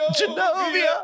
Genovia